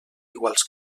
iguals